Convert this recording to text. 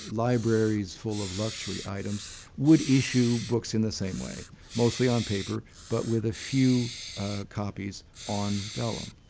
libraries full of luxury items would issue books in the same way mostly on paper but with a few copies on vellum.